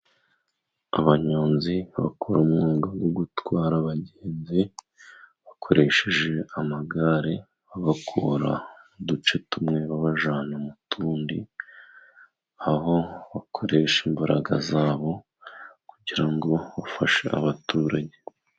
Abanyonzi bakora umwuga wo gutwara abagenzi bakoresheje amagare babakura mu duce tumwe babajyana mu tundi ,aho bakoresha imbaraga zabo kugira ngo bafashe abaturage.